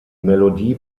melodie